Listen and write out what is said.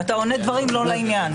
אתה עונה דברים לא לעניין.